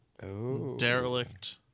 Derelict